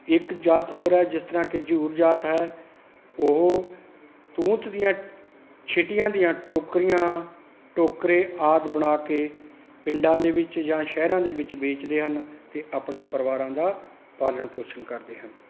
ਇੱਕ ਜਾਤ ਹੋਰ ਹੈ ਜਿਸ ਤਰਾਂ ਕਿ ਝਿਊਰ ਜਾਤ ਹੈ ਉਹ ਤੂਤ ਦੀਆਂ ਛਿਟੀਆਂ ਦੀਆਂ ਟੋਕਰੀਆਂ ਟੋਕਰੇ ਆਦਿ ਬਣਾ ਕੇ ਪਿੰਡਾਂ ਦੇ ਵਿੱਚ ਜਾਂ ਸ਼ਹਿਰਾਂ ਦੇ ਵਿੱਚ ਵੇਚਦੇ ਹਨ ਅਤੇ ਆਪਣੇ ਪਰਿਵਾਰਾਂ ਦਾ ਪਾਲਣ ਪੋਸ਼ਣ ਕਰਦੇ ਹਨ